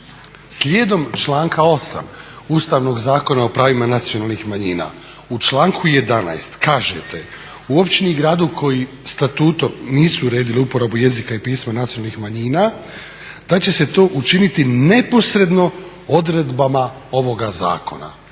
slijedom članka 8. Ustavnog zakona o pravima nacionalnih manjina u članku 11.kažete "U općini i gradu koji statutom nisu uredili uporabu jezika i pisma nacionalnih manjina da će se to učiniti neposredno odredbama ovoga zakon."